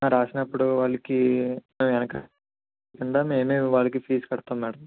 రాసినప్పుడు వాళ్ళకి అయినాక ఇందా మేము వాళ్ళకి ఫీజ్ కడతాం మేడం